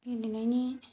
गेलेनायनि